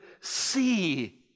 see